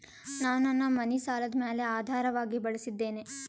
ನಾನು ನನ್ನ ಮನಿ ಸಾಲದ ಮ್ಯಾಲ ಆಧಾರವಾಗಿ ಬಳಸಿದ್ದೇನೆ